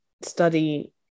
study